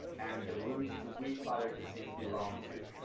and the root to which other cuisines belong to.